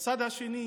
ובצד השני